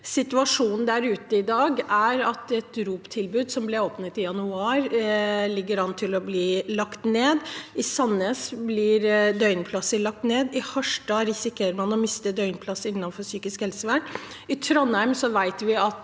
situasjonen der ute i dag er at et ROP-tilbud som ble åpnet i januar, ligger an til å bli lagt ned. I Sandnes blir døgnplasser lagt ned. I Harstad risikerer man å miste døgnplasser innenfor psykisk helsevern. I Trondheim vet vi at